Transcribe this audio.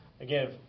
again